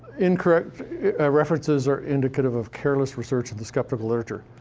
incorrect references are indicative of careless research in the skeptical literature.